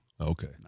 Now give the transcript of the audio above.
Okay